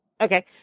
Okay